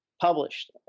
published